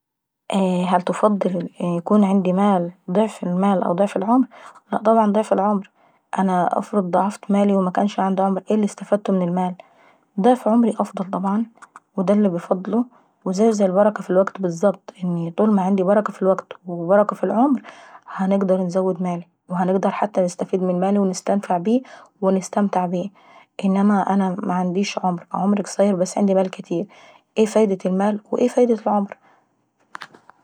هل تفضل ان يكون عيندي مال او ضعف العمر؟ لا طبعا ضعف العمر، انا افرض ضعفت مالي ومكنش عندي عمر ايه اللي استفدته من المال؟ ضعف عمري افضل طبعا ودا اللي بفضله ودا زيه زي البركة ف الوكت بالظبط اني طول ما عندي بركة ف الوكت والعمر هنقدر انزود مالي وهنقدر حتى نستفيد من مالاي ونستنفع بيه. انما انا لو معينديش عمر او عندي عمر قصير بس عيندي مال كاتير، ايه فايدة المال وايه فايدة العمر.